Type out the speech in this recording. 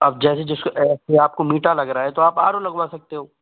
अब जैसे जिसको आपको मीठा लग रहा है तो आप आरो लगवा सकते हो